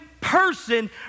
person